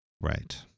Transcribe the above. Right